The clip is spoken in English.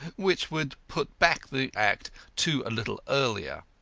which would put back the act to a little earlier.